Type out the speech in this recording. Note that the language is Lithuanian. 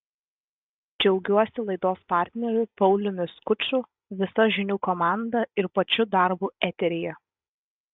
džiaugiuosi laidos partneriu pauliumi skuču visa žinių komanda ir pačiu darbu eteryje